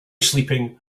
sleeping